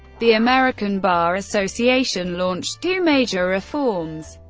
the american bar association launched two major reforms.